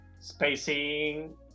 spacing